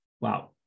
Wow